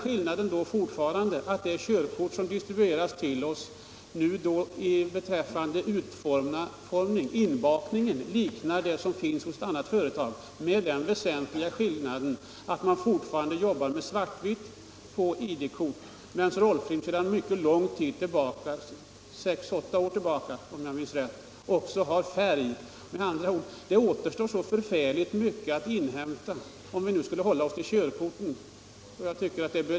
Det körkort som distribueras till oss nu liknar beträffande inbakningen de kort som tillverkas av ett annat företag, med den väsentliga skillnaden att man fortfarande jobbar med svart-vitt på AB ID-kort medan AB Rollfilm sedan sex å åtta år också har färg. Med andra ord återstår det oerhört mycket att inhämta, om vi skall hålla oss till körkortet.